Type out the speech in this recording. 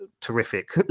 terrific